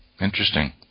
Interesting